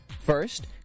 First